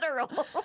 literal